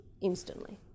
instantly